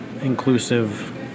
Inclusive